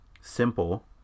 Simple